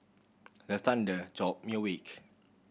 the thunder jolt me awake